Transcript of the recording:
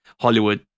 Hollywood